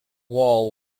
wall